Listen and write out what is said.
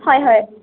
হয় হয়